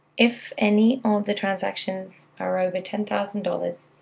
if any of the transactions are over ten thousand dollars,